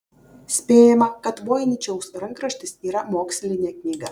spėjama kad voiničiaus rankraštis yra mokslinė knyga